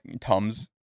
Tums